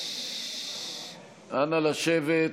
אנא, לשבת.